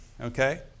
Okay